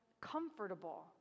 comfortable